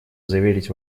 заверить